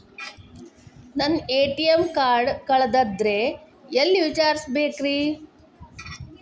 ನನ್ನ ATM card ಕಳದದ್ರಿ ಎಲ್ಲಿ ವಿಚಾರಿಸ್ಬೇಕ್ರಿ?